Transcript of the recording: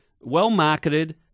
well-marketed